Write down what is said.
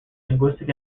linguistic